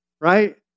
Right